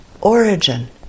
origin